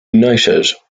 united